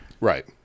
Right